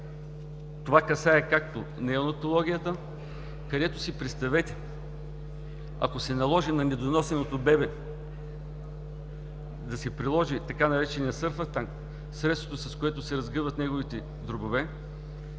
Това касае както неонатологията, където си представете, ако се наложи на недоносеното бебе да се приложи така нареченият сърфактант – средството, с което се разгъват неговите дробове.